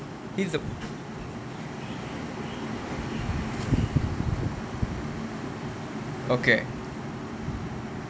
he's the okay